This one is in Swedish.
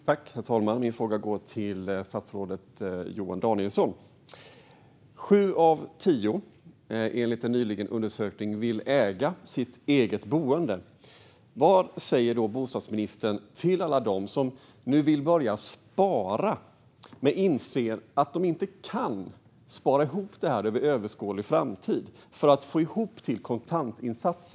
Herr talman! Min fråga går till statsrådet Johan Danielsson. Sju av tio vill, enligt en nyligen gjord undersökning, äga sitt boende. Vad säger då bostadsministern till alla som nu vill börja spara men inser att de inte under överskådlig tid kan spara ihop till en kontantinsats.